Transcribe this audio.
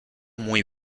muy